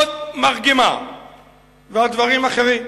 עוד מרגמה, והדברים אחרים.